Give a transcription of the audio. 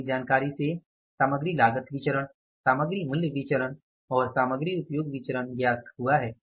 दी गई जानकारी से सामग्री लागत विचरण सामग्री मूल्य विचरण और सामग्री उपयोग विचरण ज्ञात हुआ है